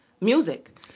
music